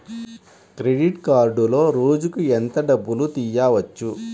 Credit కార్డులో రోజుకు ఎంత డబ్బులు తీయవచ్చు?